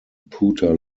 pewter